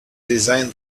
design